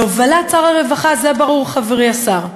בהובלת שר הרווחה, זה ברור, חברי השר.